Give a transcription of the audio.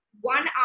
One